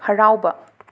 ꯍꯔꯥꯎꯕ